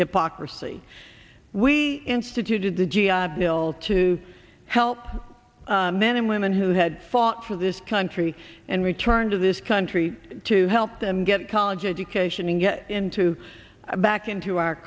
hypocrisy we instituted the g i bill to help men and women who had fought for this country and returned to this country to help them get a college education and get into a back into our